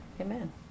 amen